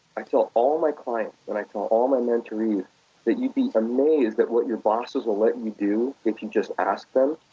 i tell all my clients, and i tell all my mentorees that you'd be amazed at what your bosses will let you do if you just ask them.